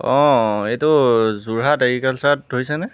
অঁ এইটো যোৰহাট এগ্ৰিকালচাৰত ধৰিছেনে